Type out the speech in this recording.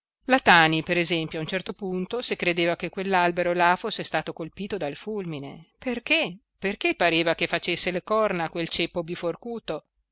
tani per esempio a un certo punto se credeva che quell'albero là fosse stato colpito dal fulmine perché perché pareva che facesse le corna quel ceppo biforcuto